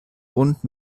und